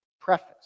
preface